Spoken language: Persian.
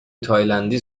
تایلندی